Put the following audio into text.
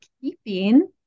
keeping